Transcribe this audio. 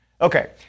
Okay